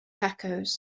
tacos